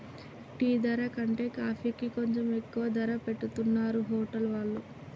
tea ధర కంటే కాఫీకి కొంచెం ఎక్కువ ధర పెట్టుతున్నరు హోటల్ వాళ్ళు